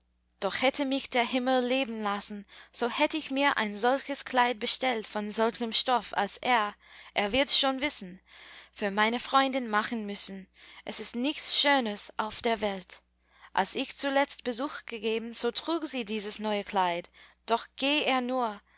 doch hätte mich der himmel leben lassen so hätt ich mir ein solches kleid bestellt von solchem stoff als er er wirds schon wissen für meine freundin machen müssen es ist nichts schöners auf der welt als ich zuletzt besuch gegeben so trug sie dieses neue kleid doch geh er nur